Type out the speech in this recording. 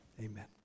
amen